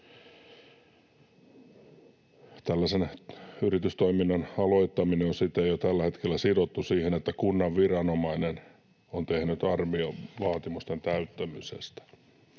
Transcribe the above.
yritystoiminnan aloittaminen on siten jo tällä hetkellä sidottu siihen, että kunnan viranomainen on tehnyt arvion vaatimusten täyttymisestä.